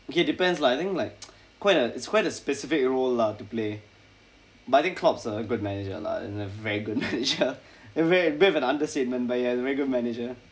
okay depends lah I think like quite a it's quite a specific role lah to play but I think a good manager lah in a very good manager very a bit of an understatement but ya very good manager